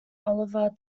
oliver